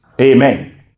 Amen